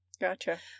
Gotcha